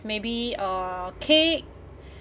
maybe uh cake